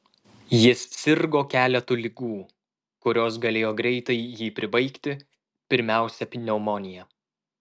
jis sirgo keletu ligų kurios galėjo greitai jį pribaigti pirmiausia pneumonija